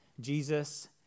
Jesus